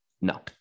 No